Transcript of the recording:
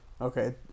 Okay